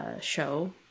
show